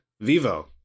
Vivo